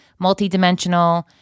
multidimensional